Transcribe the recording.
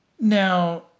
Now